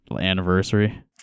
anniversary